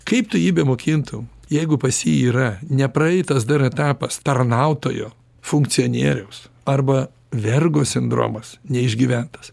kaip tu jį bemokintum jeigu pas jį yra nepraeitas dar etapas tarnautojo funkcionieriaus arba vergo sindromas neišgyventas